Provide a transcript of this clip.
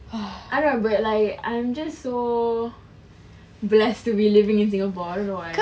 !wah! I'm like I'm so blessed to be living in singapore I don't know why